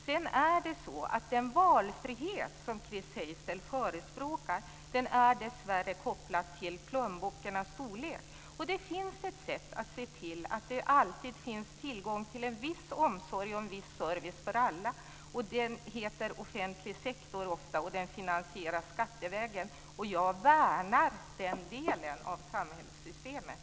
Sedan är det så att den valfrihet som Chris Heister förespråkar dessvärre är kopplad till plånböckernas storlek. Det finns ett sätt att se till att det alltid finns tillgång till en viss omsorg och en viss service för alla. Det heter ofta offentlig sektor och finansieras skattevägen, och jag värnar den delen av samhällssystemet.